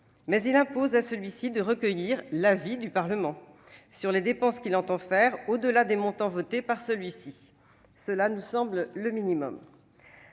Il lui impose seulement de recueillir l'avis du Parlement sur les dépenses qu'il entend faire au-delà des montants votés par celui-ci. Cela nous semble être le minimum.